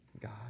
God